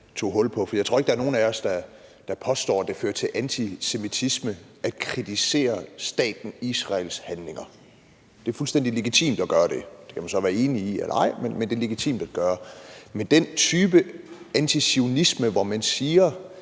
tog hul på, for jeg tror ikke, der er nogen af os, der påstår, at det fører til antisemitisme at kritisere staten Israels handlinger. Det er fuldstændig legitimt at gøre det. Det kan man så være enig i eller ej, men det er legitimt at gøre. Men mener ordføreren, at den type antizionisme, hvor man siger,